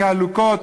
כעלוקות,